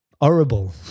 horrible